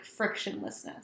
frictionlessness